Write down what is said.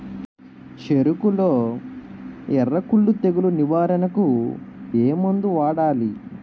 చెఱకులో ఎర్రకుళ్ళు తెగులు నివారణకు ఏ మందు వాడాలి?